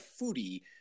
foodie